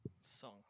Song